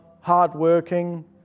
hardworking